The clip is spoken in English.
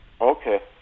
Okay